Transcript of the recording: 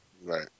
Right